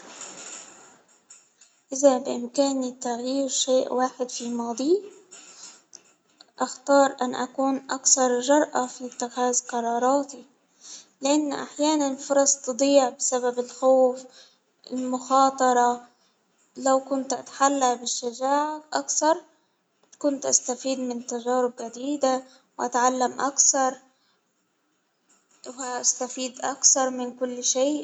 بعد أن كان التغيير شيء واحد في الماضي، أختار أن أكون أكثر جرأة في إتخاذ قراراتي، لأني أحيانا فرص تضيع بسبب الخوف، المخاطرة، لو كنت أتحلى بالصداع أكتر تكون تستفيد من تجارب جديدة وأتعلم أكثر، وهستفيد أكثر من كل شيء.